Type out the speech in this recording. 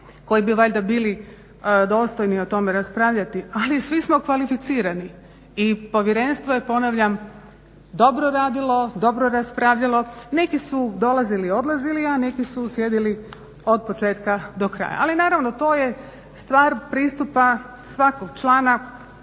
koji bi valjda bili dostojni o tome raspravljati, ali svi smo kvalificirani i povjerenstvo je ponavljam dobro radilo, dobro raspravljalo. Neki su dolazili i odlazili, a neki su sjedili od početka do kraja, ali naravno to je stvar pristupa svakog člana,